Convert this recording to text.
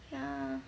ya